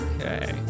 Okay